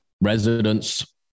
residents